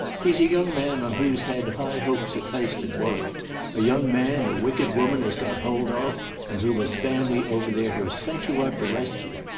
he's a young man on whose head high hopes are placed at woollett a young man a wicked woman has got hold of and whom his family over there have sent you out to rescue.